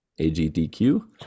AGDQ